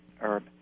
herb